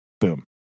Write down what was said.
boom